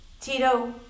Tito